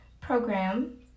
program